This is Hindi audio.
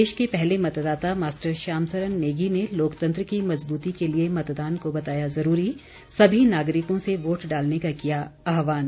देश के पहले मतदाता मास्टर श्याम सरन नेगी ने लोकतंत्र की मजबूती के लिए मतदान को बताया ज़रूरी सभी नागरिकों से वोट डालने का किया आहवान